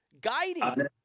Guiding